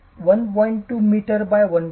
2 metre by 1